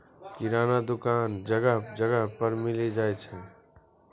किराना दुकान जगह जगह पर मिली जाय छै